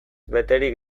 beterik